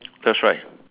that's right